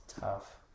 tough